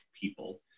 people